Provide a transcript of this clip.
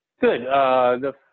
Good